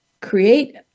create